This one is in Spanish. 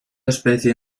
especie